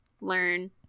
learn